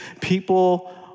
people